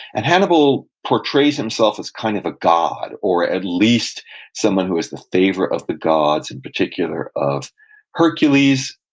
and hannibal portrays himself as kind of a god or at least someone who has the favor of the gods, in particular of hercules,